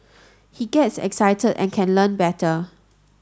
he gets excited and can learn better